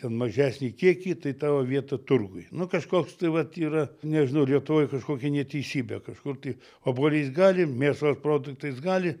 ten mažesnį kiekį tai tavo vieta turguj nu kažkoks tai vat yra nežinau lietuvoj kažkokia neteisybė kažkur tai obuoliais gali mėsos produktais gali